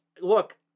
Look